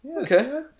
Okay